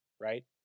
right